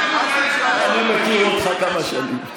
אני מכיר אותך כמה שנים.